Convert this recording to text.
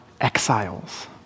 exiles